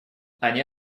они